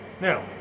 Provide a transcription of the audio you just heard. now